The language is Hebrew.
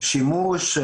שימוש.